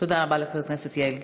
תודה רבה לחברת הכנסת יעל גרמן.